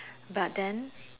but then